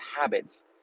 habits